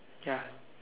ya